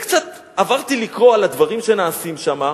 וקצת, עברתי לקרוא על הדברים שנעשים שם,